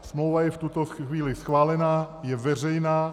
Smlouva je v tuto chvíli schválena, je veřejná.